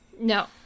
No